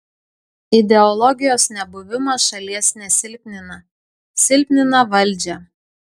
ideologijos nebuvimas šalies nesilpnina silpnina valdžią